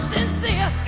sincere